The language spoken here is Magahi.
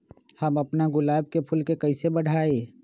हम अपना गुलाब के फूल के कईसे बढ़ाई?